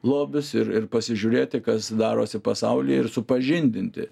lobius ir ir pasižiūrėti kas darosi pasaulyje ir supažindinti